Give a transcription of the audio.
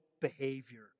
behavior